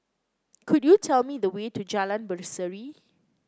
could you tell me the way to Jalan Berseri